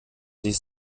sich